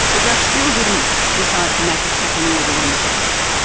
the judge still didn't decide to make a capping order on the costs,